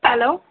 hello